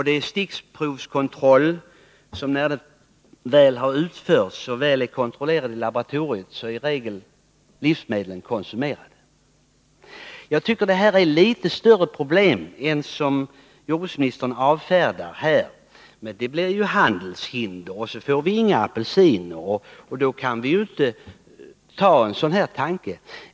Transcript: Det är stickprovskontroller, och när kontrollerna väl har utförts i laboratorier är i regel livsmedlen konsumerade. Jag tycker det här är ett något större problem än jordbruksministern vill göra det till. Jordbruksministern avfärdar det med att ett stopp för importen innebär handelshinder och att vi då inte får några apelsiner.